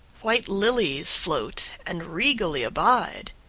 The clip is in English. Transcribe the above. white lilies float and regally abide.